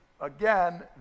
again